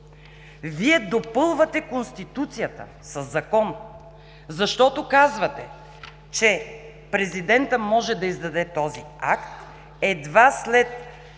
Вие допълвате Конституцията със закон, защото казвате, че „президентът може да издаде този акт едва след